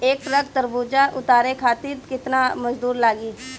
एक ट्रक तरबूजा उतारे खातीर कितना मजदुर लागी?